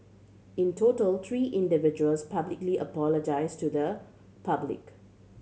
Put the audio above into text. in total three individuals publicly apologised to the public